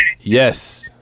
Yes